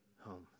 home